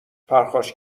پرخاش